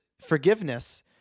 forgiveness